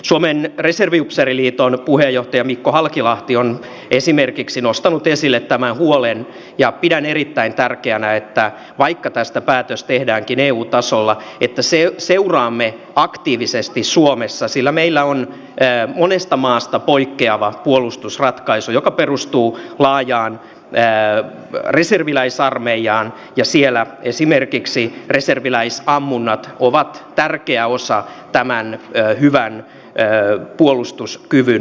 suomen reserviupseeriliiton puheenjohtaja mikko halkilahti on esimerkiksi nostanut esille tämän huolen ja pidän erittäin tärkeänä että vaikka tästä päätös tehdäänkin eu tasolla niin seuraamme aktiivisesti suomessa sillä meillä on monesta maasta poikkeava puolustusratkaisu joka perustuu laajaan reserviläisarmeijaan ja siellä esimerkiksi reserviläisammunnat ovat tärkeä osa tämän hyvän puolustuskyvyn turvaamisessa